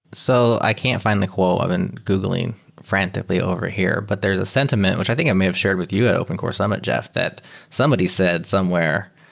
so i can't fi nd the quote. i've been googling frantically over here. but there is a sentiment which i think i may have shared with you at opencore summit, jeff, that somebody said somewhere,